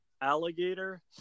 Alligator